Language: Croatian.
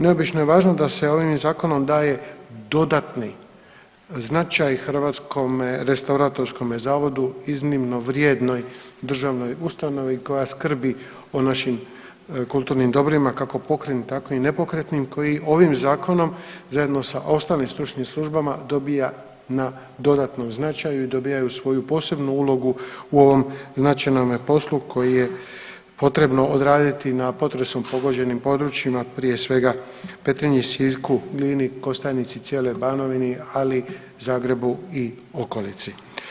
Neobično je važno da se ovim zakonom daje dodatni značaj Hrvatskome restauratorskom zavodu iznimno vrijednoj državnoj ustanovi koja skrbi o našim kulturnim dobrima kako pokretnim tako i nepokretnim koji ovim zakonom zajedno sa ostalim stručnim službama dobija na dodatnom značaju i dobijaju svoju posebnu ulogu u ovom značajnome poslu koji je potrebno odraditi na potresom pogođenim područjima prije svega Petrinji, Sisku, Glini, Kostajnici, cijeloj Banovini ali Zagrebu i okolici.